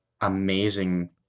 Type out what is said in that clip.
amazing